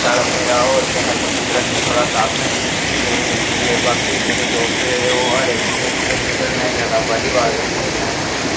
साढ़ा मेरा होर किसै च इंट्रस्ट थोह्ड़ा कम ऐ ते इस लेई बाकी मेरे दोस्त जेह्ड़े ओह् हर इक गेम खेलदे पर में जादा बॉल्ली बॉल गै खेलना ऐ